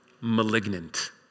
Malignant